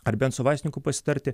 ar bent su vaistininku pasitarti